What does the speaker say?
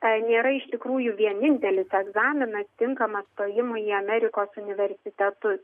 tai nėra iš tikrųjų vienintelis egzaminas tinkamas stojimui į amerikos universitetus